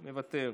מוותר,